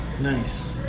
Nice